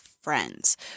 friends